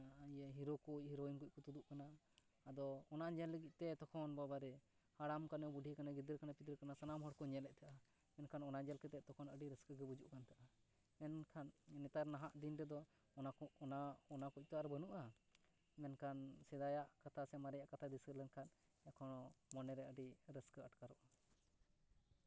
hero ᱠᱚ ᱦᱤᱨᱳᱭᱤᱱ ᱠᱚ ᱛᱩᱫᱩᱜ ᱠᱟᱱᱟ ᱟᱫᱚ ᱚᱱᱟ ᱧᱮᱞ ᱞᱟᱹᱜᱤᱫ ᱛᱮ ᱛᱚᱠᱷᱚᱱ ᱵᱟᱵᱟᱨᱮ ᱦᱟᱲᱟᱢ ᱠᱟᱱᱮ ᱵᱩᱰᱷᱤ ᱠᱟᱱᱮ ᱜᱤᱫᱟᱹᱨ ᱯᱤᱫᱽᱨᱟᱹ ᱠᱟᱱᱮ ᱥᱟᱱᱟᱢ ᱦᱚᱲ ᱠᱚ ᱧᱮᱞᱮᱫ ᱛᱟᱦᱮᱱᱟ ᱢᱮᱱᱠᱷᱟᱱ ᱚᱱᱟ ᱧᱮᱞ ᱠᱟᱛᱮᱫ ᱛᱚᱠᱷᱚᱱ ᱟᱹᱰᱤ ᱨᱟᱹᱥᱠᱟᱹ ᱜᱮ ᱵᱩᱡᱩᱜ ᱠᱟᱱ ᱛᱟᱦᱮᱱᱟ ᱮᱱᱠᱷᱟᱱ ᱱᱮᱛᱟᱨ ᱱᱟᱦᱟᱜ ᱫᱤᱱ ᱨᱮᱫᱚ ᱚᱱᱟ ᱠᱚ ᱚᱱᱟ ᱠᱚᱛᱚ ᱟᱨ ᱵᱟᱹᱱᱩᱜᱼᱟ ᱢᱮᱱᱠᱷᱟᱱ ᱥᱮᱫᱟᱭᱟᱜ ᱠᱟᱛᱷᱟ ᱥᱮ ᱢᱟᱨᱮᱭᱟᱜ ᱠᱟᱛᱷᱟ ᱫᱤᱥᱟᱹ ᱞᱮᱱᱠᱷᱟᱱ ᱮᱠᱷᱚᱱᱮ ᱢᱚᱱᱮᱨᱮ ᱟᱹᱰᱤ ᱨᱟᱹᱥᱠᱟᱹ ᱟᱴᱠᱟᱨᱚᱜᱼᱟ